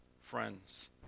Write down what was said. friends